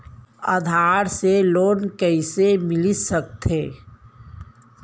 आधार से लोन कइसे मिलिस सकथे?